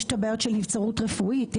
יש בעיה של נבצרות רפואית,